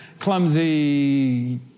clumsy